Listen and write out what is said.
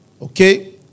Okay